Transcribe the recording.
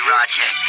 Roger